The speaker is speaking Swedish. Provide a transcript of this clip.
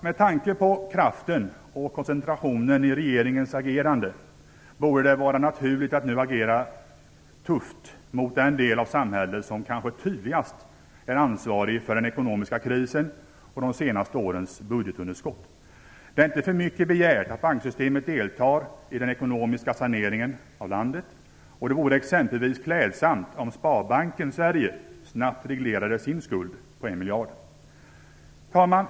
Med tanke på kraften och koncentrationen i regeringens agerande borde det vara naturligt att nu agera tufft mot den del av samhället som kanske tydligast är ansvarig för den ekonomiska krisen och de senaste årens budgetunderskott. Det är inte för mycket begärt att banksystemet deltar i den ekonomiska saneringen av landet, och det vore exempelvis klädsamt om Sparbanken Sverige snabbt reglerade sin skuld om 1 miljard. Herr talman!